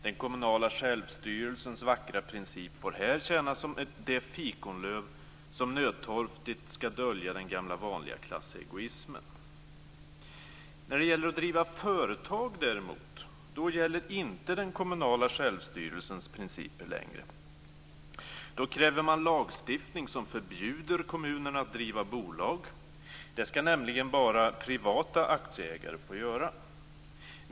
Den kommunala självstyrelsens vackra princip får här tjäna som det fikonlöv som nödtorftigt skall dölja den gamla vanliga klassegoismen. När det gäller att driva företag däremot gäller inte den kommunala självstyrelsens principer längre. Då kräver man lagstiftning som förbjuder kommunerna att driva bolag. Det skall nämligen bara privata aktieägare få göra.